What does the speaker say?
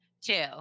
Two